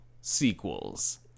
sequels